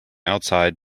outside